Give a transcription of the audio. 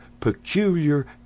peculiar